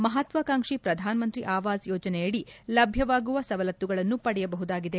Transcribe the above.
ಮಹಾತ್ವಾಕಾಂಕ್ಷಿ ಶ್ರಧಾನಮಂತ್ರಿ ಅವಾಸ್ ಯೋಜನೆಯಡಿ ಲಭ್ಯವಾಗುವ ಸವಲತ್ತುಗಳನ್ನು ಪಡೆಯಬಹುದಾಗಿದೆ